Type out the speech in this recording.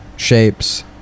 Shapes